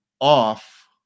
off